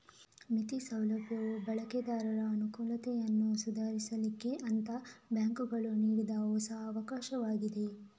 ಮಿತಿ ಸೌಲಭ್ಯವು ಬಳಕೆದಾರರ ಅನುಕೂಲತೆಯನ್ನ ಸುಧಾರಿಸ್ಲಿಕ್ಕೆ ಅಂತ ಬ್ಯಾಂಕುಗಳು ನೀಡಿದ ಹೊಸ ಅವಕಾಶವಾಗಿದೆ